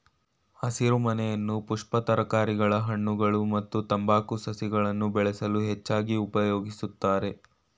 ಹಸಿರುಮನೆಯನ್ನು ಪುಷ್ಪ ತರಕಾರಿಗಳ ಹಣ್ಣುಗಳು ಮತ್ತು ತಂಬಾಕು ಸಸಿಗಳನ್ನು ಬೆಳೆಸಲು ಹೆಚ್ಚಾಗಿ ಉಪಯೋಗಿಸ್ತರೆ